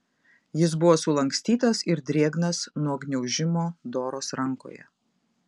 jis buvo sulankstytas ir drėgnas nuo gniaužimo doros rankoje